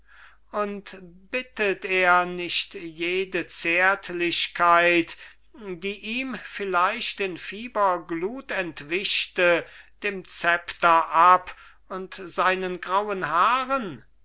und bittet er nicht jede zärtlichkeit die ihm vielleicht in fieberglut entwischte dem zepter ab und seinen grauen haaren